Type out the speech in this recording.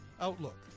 Outlook